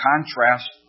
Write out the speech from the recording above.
contrast